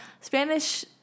Spanish